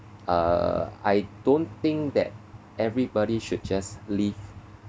uh I don't think that everybody should just leave